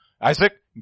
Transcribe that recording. Isaac